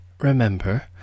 Remember